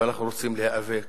ואנחנו רוצים להיאבק